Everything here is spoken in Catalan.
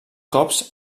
cops